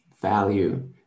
value